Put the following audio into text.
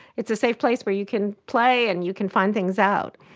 it's a safe place where you can play and you can find things out.